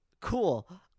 cool